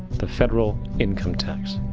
the federal income tax.